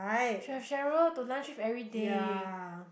should have Sheryl to lunch with everyday